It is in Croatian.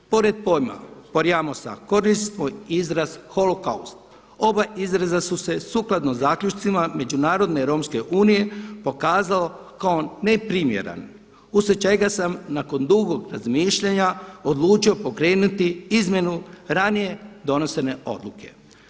Pored pojma „porjamos“ koristimo izraz „holokaust“ oba izraza su se sukladno zaključcima Međunarodne romske unije pokazalo kao neprimjeren uslijed čega sam nakon dugog razmišljanja odlučio pokrenuti izmjenu ranije donesene odluke.